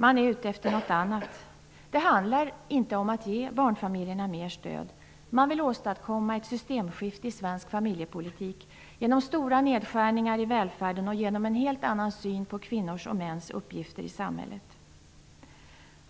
Man är ute efter något annat. Det handlar inte om att ge barnfamiljerna mer stöd. Man vill åstadkomma ett systemskifte i svensk familjepolitik genom stora nedskärningar i välfärden och genom en helt annan syn på kvinnors och mäns uppgifter i samhället.